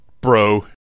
bro